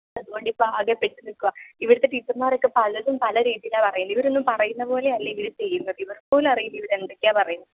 അതുകൊണ്ടിപ്പം ആകെ പെട്ട് നിൽക്കുവാ ഇവിടുത്തെ ടീച്ചര്മ്മാരൊക്കെ പലരും പല രീതിയിലാ പറയുന്നത് ഇവരൊന്നും പറയുന്ന പോലെ അല്ല ഇവർ ചെയ്യുന്നത് ഇവര്ക്ക് പോലും അറിയില്ല ഇവരെന്തൊക്കെയാ പറയുന്നത്